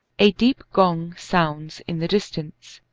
a deep gong sounds in the distance.